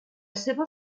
seva